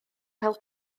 cael